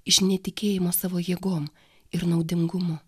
iš netikėjimo savo jėgom ir naudingumo